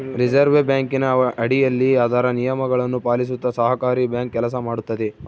reserve ಬ್ಯಾಂಕಿನ ಅಡಿಯಲ್ಲಿ ಅದರ ನಿಯಮಗಳನ್ನು ಪಾಲಿಸುತ್ತ ಸಹಕಾರಿ ಬ್ಯಾಂಕ್ ಕೆಲಸ ಮಾಡುತ್ತದೆ